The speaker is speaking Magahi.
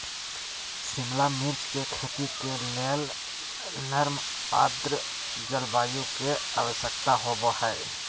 शिमला मिर्च के खेती के लेल नर्म आद्र जलवायु के आवश्यकता होव हई